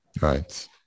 Right